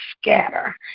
scatter